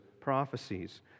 prophecies